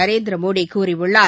நரேந்திரமோடி கூறியுள்ளார்